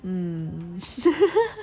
mm